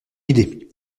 idée